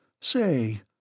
Say